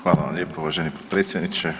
Hvala vam lijepo uvaženi potpredsjedniče.